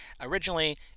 Originally